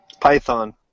Python